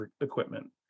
equipment